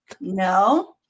no